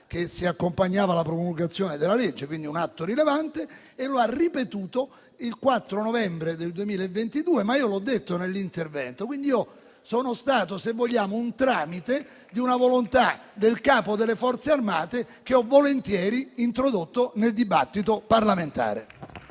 che si accompagnava alla promulgazione della legge (quindi un atto rilevante) e lo ha ripetuto il 4 novembre del 2022. Io però questo l'ho detto nell'intervento. Quindi, io sono stato, se vogliamo, il tramite di una volontà del Capo delle Forze armate, che ho volentieri introdotto nel dibattito parlamentare.